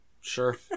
Sure